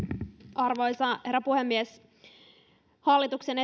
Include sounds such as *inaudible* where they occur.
arvoisa herra puhemies tosiaan hallituksen *unintelligible*